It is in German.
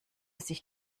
sich